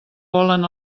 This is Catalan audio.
volen